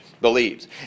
believes